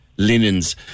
linens